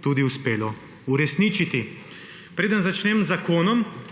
tudi uspelo uresničiti. Preden začnem z zakonom,